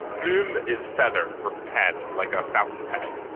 plume is feather or pen, like a fountain pen.